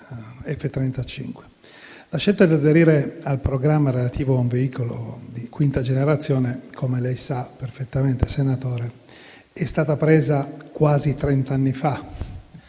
F-35. La scelta di aderire al programma relativo a un veicolo di quinta generazione, come lei sa perfettamente, senatore, è stata presa quasi trent'anni fa